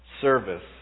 service